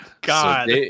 God